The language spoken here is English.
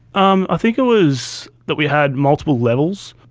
um i think it was that we had multiple levels,